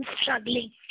struggling